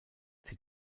sie